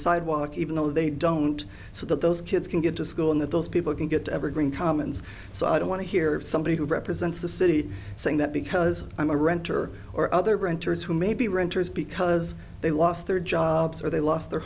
sidewalk even though they don't so that those kids can get to school and that those people can get to evergreen commons so i don't want to hear of somebody who represents the city saying that because i'm a renter or other renters who may be renters because they lost their jobs or they lost their